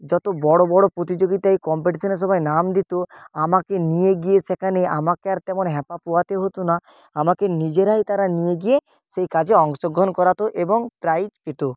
যত বড় বড় প্রতিযোগিতায় কম্পিটিশানে সবাই নাম দিত আমাকে নিয়ে গিয়ে সেখানে আমাকে আর তেমন হ্যাপা পোহাতে হতো না আমাকে নিজেরাই তারা নিয়ে গিয়ে সেই কাজে অংশগ্রহণ করাতো এবং প্রাইজ পেতো